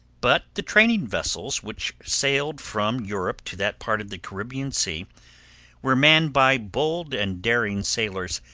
but the trading vessels which sailed from europe to that part of the caribbean sea were manned by bold and daring sailors,